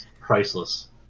priceless